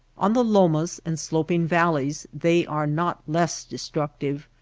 on the lomas and sloping valleys they are not less destructive,